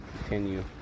continue